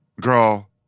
Girl